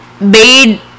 made